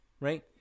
Right